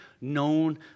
known